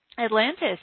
Atlantis